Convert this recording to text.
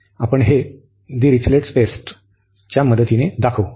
आपण हे Dirichlet test च्या मदतीने दाखवू